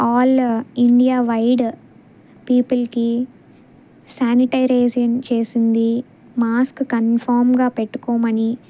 all India wide పీపుల్కి sanitise చేసింది mask కన్ఫామ్గా పెట్టుకోమని